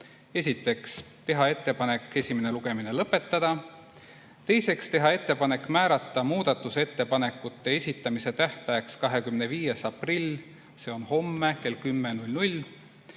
Esiteks, teha ettepanek esimene lugemine lõpetada. Teiseks, teha ettepanek määrata muudatusettepanekute esitamise tähtajaks 25. aprill, see on homme, kell 10.